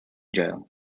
jail